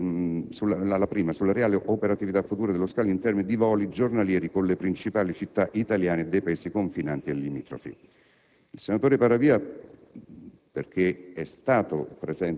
Enti interessati: sulla reale operatività futura dello scalo in termini di voli giornalieri con le principali città italiane e dei Paesi confinanti e/o limitrofi;